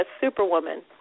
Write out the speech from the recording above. superwoman